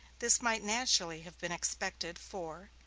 this might naturally have been expected for,